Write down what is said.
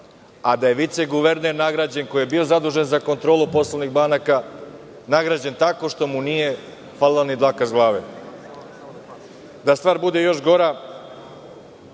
a da je vice guverner nagrađen, koji je bio zadužen za kontrolu poslovnih banaka, tako što mu nije falila ni dlaka sa glave. Da stvar bude još gora,